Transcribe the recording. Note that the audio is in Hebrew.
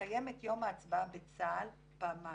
לקיים את יום ההצבעה בצה"ל פעמיים,